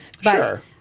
Sure